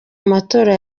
amatora